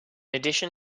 addition